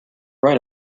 write